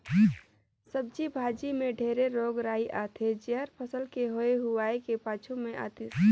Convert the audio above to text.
सब्जी भाजी मे ढेरे रोग राई आथे जेहर फसल के होए हुवाए के पाछू मे आतिस